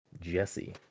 Jesse